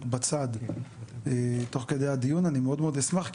בצד תוך כדי הדיון אני מאוד מאוד אשמח.